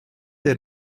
der